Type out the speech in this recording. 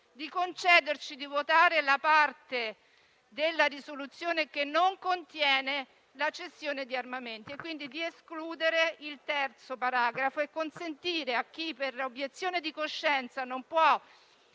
di concederci di votare la parte della risoluzione che non contiene la cessione di armamenti, escludendo il terzo paragrafo, e di consentire a chi per obiezione di coscienza non può